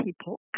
people